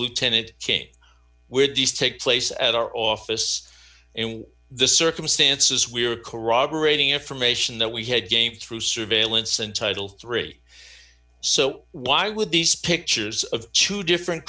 lieutenant king where does take place at our office and the circumstances we are corroborating information that we had gained through surveillance and title three so why would these pictures of two different